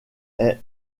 est